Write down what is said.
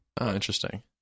Interesting